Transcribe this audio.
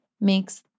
makes